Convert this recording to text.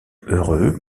heureux